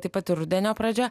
taip pat ir rudenio pradžia